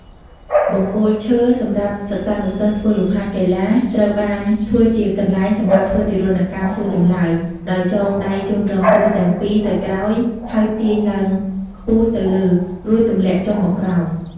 បង្គោលឈើសំរាប់សិស្សានុសិស្សធ្វើលំហាត់កីឡា ត្រូវបានធ្វើជាកន្លែងសំរាប់ធ្វើទារុណកម្មសួរចម្លើយ ដោយចងដៃជនរងគ្រោះទាំងពីរទៅក្រោយហើយទាញឡើងខ្ពស់ទៅលើរួចទំលាក់ចុះមកក្រោម។